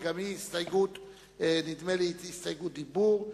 וגם היא, נדמה לי, הסתייגות דיבור.